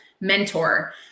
mentor